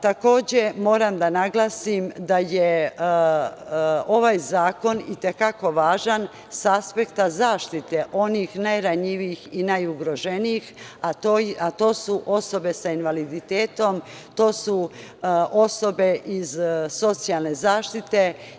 Takođe, moram da naglasim da je ovaj zakon i te kako važan sa aspekta zaštite onih najranjivijih i najugroženijih, a to su osobe sa invaliditetom, to su osobe iz socijalne zaštite.